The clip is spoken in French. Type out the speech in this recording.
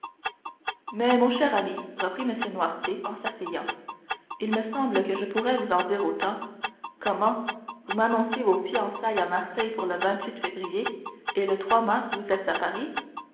mais mon cher ami reprit m noirtier en s'asseyant il me semble que je pourrais vous en dire autant comment vous m'annoncez vos fiançailles à marseille pour le février et le mars vous êtes à paris